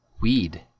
Weed